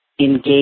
engage